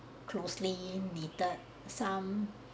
closely knitted some